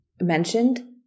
mentioned